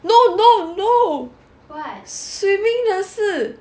no no no swimming 的是